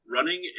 Running